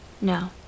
No